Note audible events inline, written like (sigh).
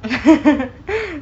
(noise)